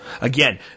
Again